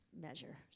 measure